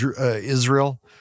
Israel